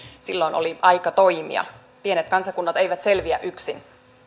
silloin oli aika toimia pienet kansakunnat eivät selviä yksin